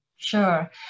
Sure